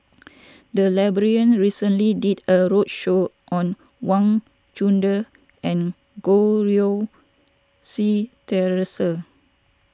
the library recently did a roadshow on Wang Chunde and Goh Rui Si theresa